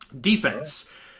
Defense